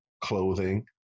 clothing